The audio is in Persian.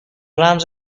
رمز